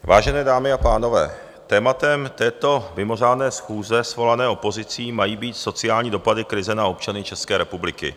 Vážené dámy a pánové, tématem této mimořádné schůze svolané opozicí mají být sociální dopady krize na občany České republiky.